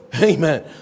Amen